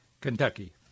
Kentucky